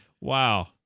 Wow